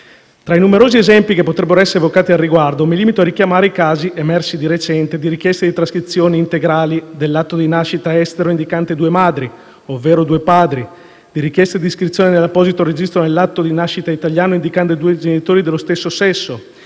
Tra i numerosi esempi che potrebbero essere evocati al riguardo, mi limito a richiamare i casi, emersi di recente, di richieste di trascrizioni integrali dell'atto di nascita estero indicante due madri, ovvero due padri, di richieste di iscrizione nell'apposito registro dell'atto di nascita italiano indicante due genitori dello stesso sesso